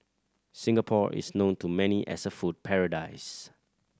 Singapore is known to many as a food paradise